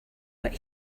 but